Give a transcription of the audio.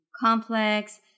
complex